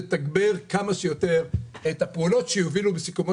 לתגבר כמה שיותר את הפעולות שיובילו בסיכומו